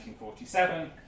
1947